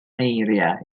eiriau